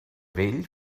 vell